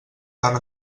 tant